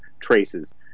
traces